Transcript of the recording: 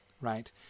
right